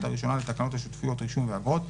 הראשונה לתקנות השותפויות (רישום ואגרות),